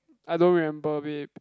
I don't remember babe